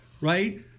Right